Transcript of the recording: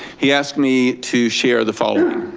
he asked me to share the following.